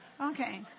Okay